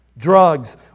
Drugs